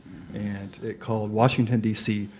and it called washington d c.